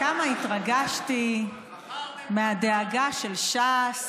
כמה התרגשתי מהדאגה של ש"ס